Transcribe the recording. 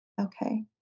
okay